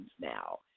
now